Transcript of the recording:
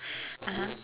(uh huh)